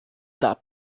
that